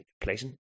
pleasant